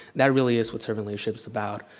that really is what serving leadership is about.